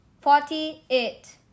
forty-eight